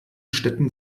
städten